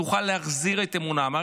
תוכל להחזיר את אמון העם.